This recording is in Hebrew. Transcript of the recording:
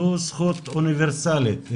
זו זכות אוניברסלית.